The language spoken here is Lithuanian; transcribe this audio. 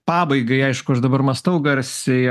pabaigai aišku aš dabar mąstau garsiai